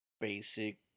basic